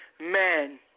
men